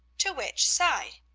to which side?